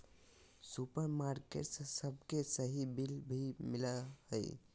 supermarket से सबके सही बिल भी मिला हइ